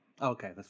Okay